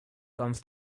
comes